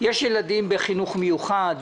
יש ילדים בחינוך מיוחד.